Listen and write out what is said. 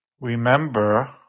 remember